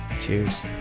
Cheers